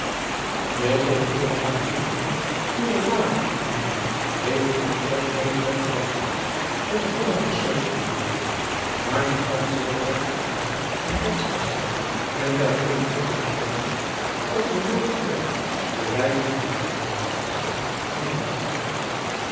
haar hierop toe w vader heeft in het algemeen groot gelijk gehad met de ollanders zoo af te beelden maar men kan zeer wel goedaardig en lijdzaam zijn en bij eene enkele gelegenheid als de nood het vor driaan oosjes zn et leven van aurits ijnslager dert bewijzen van moed en heldhaftigheid aan den dag leggen